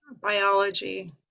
Biology